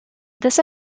this